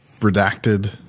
Redacted